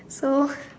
so